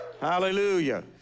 Hallelujah